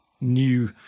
new